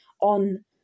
on